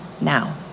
now